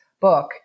book